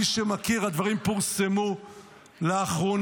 מי שמכיר, הדברים פורסמו לאחרונה.